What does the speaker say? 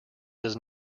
does